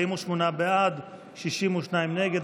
62 נגד.